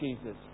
Jesus